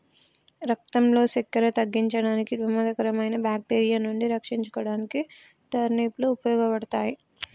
రక్తంలో సక్కెర తగ్గించడానికి, ప్రమాదకరమైన బాక్టీరియా నుండి రక్షించుకోడానికి టర్నిప్ లు ఉపయోగపడతాయి